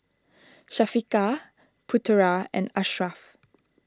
Syafiqah Putera and Ashraf